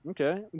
Okay